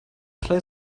play